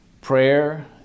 prayer